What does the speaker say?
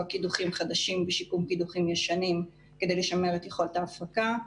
קידוחים חדשים ובשיקום קידוחים ישנים כדי לשמר את יכולת ההפקה.